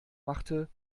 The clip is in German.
machte